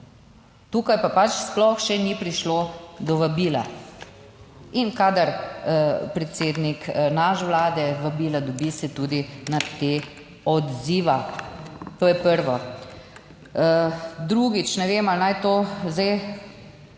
Tukaj pa pač sploh še ni prišlo do vabila. In kadar predsednik naš Vlade vabila dobi, se tudi na te odziva, to je prvo. Drugič, ne vem, ali naj to zdaj